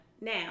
now